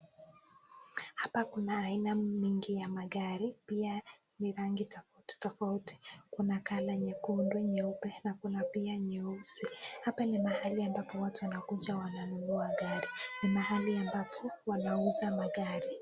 Hapa kuna aina mingi ya magari pia ni rangi tofauti tofauti .Kuna kala nyekundu, nyeupe na kuna pia nyeusi .Hapa ni mahali ambapo watu wanakuja wananunua gari .Ni mahali ambapo wanauza magari.